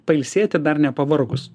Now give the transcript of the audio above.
pailsėti dar nepavargus